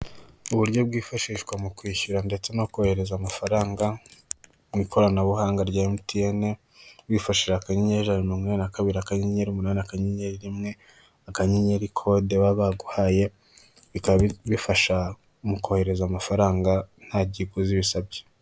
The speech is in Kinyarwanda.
Uburyo bwifashishwa mu kwishyura ndetse no kohereza amafaranga mu ikoranabuhanga rya Emutiyene, wifashishije akanyenyeri ijana na mirongo inani na kabiri, akanyenyeri umunani, akanyenyeri rimwe, akanyenyeri kode baba baguhaye bikaba bifasha mu kohereza amafaranga nta kiguzi bisabye.